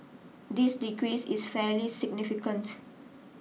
this decrease is fairly significant